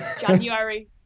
january